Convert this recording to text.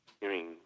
hearing